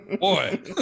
boy